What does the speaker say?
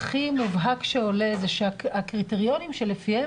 הכי מובהק שעולה זה שהקריטריונים שלפיהם